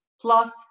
plus